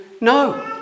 No